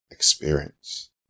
Experience